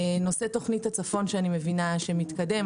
נושא תכנית הצפון, שאני מבינה שמתקדם.